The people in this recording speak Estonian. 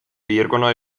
piirkonna